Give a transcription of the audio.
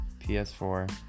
PS4